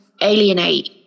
alienate